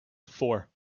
four